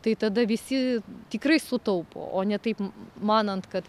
tai tada visi tikrai sutaupo o ne taip manant kad